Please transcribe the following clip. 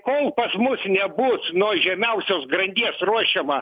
kol pas mus nebus nuo žemiausios grandies ruošiama